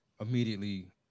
immediately